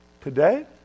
today